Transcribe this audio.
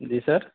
جی سر